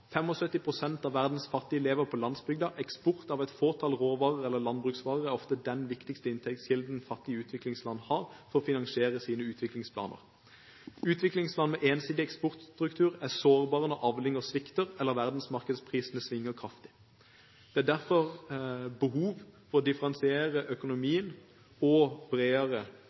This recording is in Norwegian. av verdens fattige lever på landsbygda. Eksport av et fåtall råvarer eller landbruksvarer er ofte den viktigste inntektskilden fattige utviklingsland har for å finansiere sine utviklingsplaner. Utviklingsland med ensidig eksportstruktur er sårbare når avlinger svikter, eller verdensmarkedsprisene svinger kraftig. Det er derfor behov for å differensiere økonomien og få en bredere